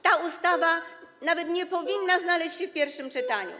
Ta ustawa nawet nie powinna znaleźć się w pierwszym czytaniu.